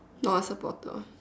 not a supporter